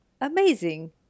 Amazing